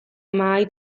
mahai